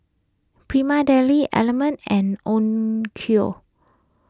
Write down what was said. Prima Deli Element and Onkyo